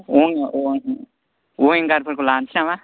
अयेंगारफोरखौ लानोसै नामा